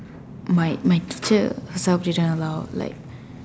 my my teacher some didn't allow like